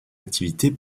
activités